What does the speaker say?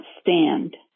stand